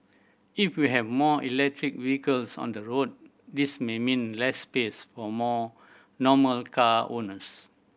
if we have more electric vehicles on the road this may mean less space for more normal car owners